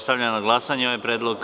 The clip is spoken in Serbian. Stavljam na glasanje ovaj predlog.